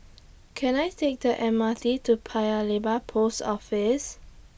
Can I Take The M R T to Paya Lebar Post Office